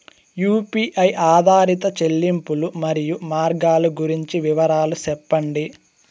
UPI ఆధారిత చెల్లింపులు, మరియు మార్గాలు గురించి వివరాలు సెప్పండి?